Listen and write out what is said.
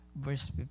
verse